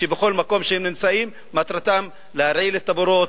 שבכל מקום שהם נמצאים מטרתם להרעיל את הבארות,